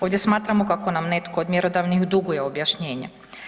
Ovdje smatramo kako nam netko od mjerodavnih duguje objašnjenja.